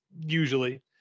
usually